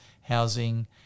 housing